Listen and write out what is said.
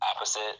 opposite